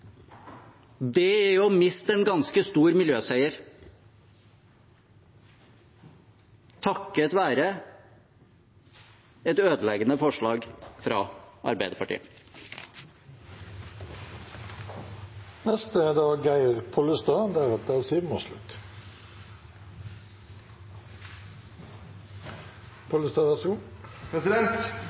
er å miste en ganske stor miljøseier takket være et ødeleggende forslag fra